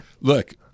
Look